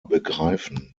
begreifen